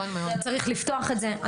צריך לפתוח את זה.